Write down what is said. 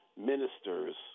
ministers